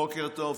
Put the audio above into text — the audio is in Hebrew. בוקר טוב.